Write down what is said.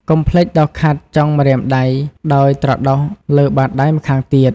កុំភ្លេច ដុសខាត់ចុងម្រាមដៃ ដោយត្រដុសលើបាតដៃម្ខាងទៀត។